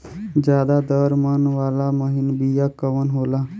ज्यादा दर मन वाला महीन बिया कवन होला?